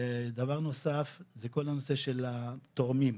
דבר נוסף זה כל הנושא של התורמים.